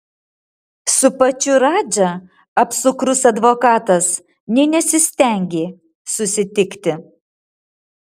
su pačiu radža apsukrus advokatas nė nesistengė susitikti